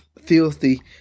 filthy